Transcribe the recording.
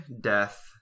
death